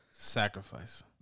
Sacrifice